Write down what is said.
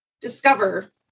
discover